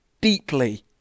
deeply